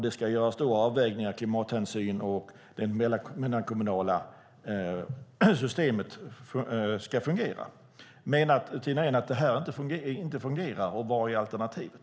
Det ska göras avvägningar, tas klimathänsyn och det mellankommunala systemet ska fungera. Menar Tina Ehn att detta inte fungerar? Vad är alternativet?